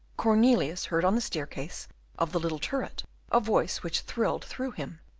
cornelius heard on the staircase of the little turret a voice which thrilled through him.